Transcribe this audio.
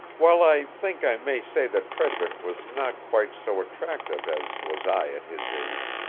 while i think i may say that frederick was not quite so attractive as was i at his age,